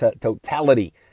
totality